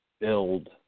build